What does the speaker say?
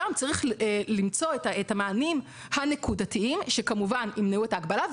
שם צריך למצוא את המענים הנקודתיים שימנעו את ההגבלה,